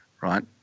Right